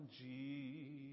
Jesus